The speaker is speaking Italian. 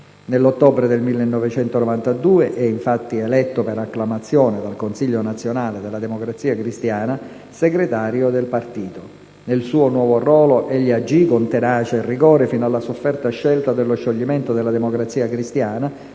Nell'ottobre del 1992 fu infatti eletto per acclamazione, dal Consiglio nazionale della Democrazia Cristiana, segretario del partito. Nel suo nuovo ruolo egli agì con tenacia e rigore fino alla sofferta scelta dello scioglimento della Democrazia Cristiana